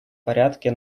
порядке